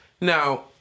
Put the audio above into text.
Now